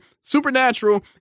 Supernatural